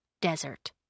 Desert